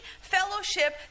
fellowship